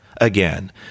Again